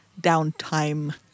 downtime